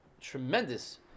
tremendous